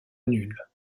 nul